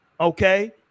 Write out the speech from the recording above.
Okay